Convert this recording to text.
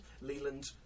Leland